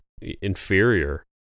inferior